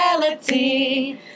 reality